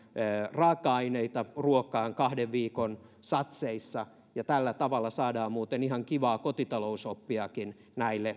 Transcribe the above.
raaka aineita ruokaan kahden viikon satseissa ja tällä tavalla saadaan muuten ihan kivaa kotitalousoppiakin